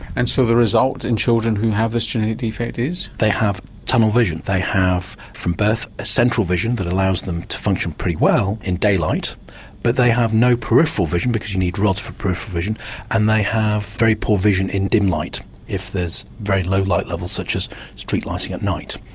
and so the result in children who have this genetic defect is? they have tunnel vision, they have from birth a central vision that allows them to function pretty well in daylight but they have no peripheral vision because you need rods for peripheral vision and they have very poor vision in dim light if there's very low light levels such as street lighting at night.